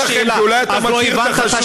זה לא נראה לכם כי אולי אתה מכיר את החשודים.